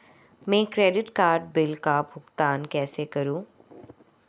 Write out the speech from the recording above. मैं credit card bill का भुगतान कैसे करूं?